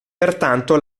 pertanto